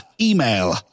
Email